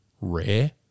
rare